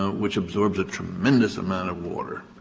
which absorbs a tremendous amount of water,